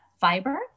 fiber